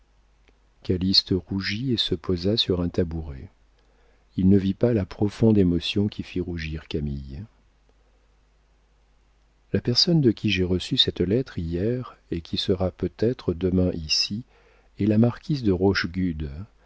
calyste rougit et se posa sur un tabouret il ne vit pas la profonde émotion qui fit rougir camille la personne de qui j'ai reçu cette lettre hier et qui sera peut-être demain ici est la marquise de